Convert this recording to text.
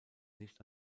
nicht